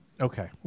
Okay